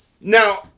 Now